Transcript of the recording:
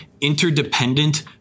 interdependent